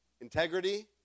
integrity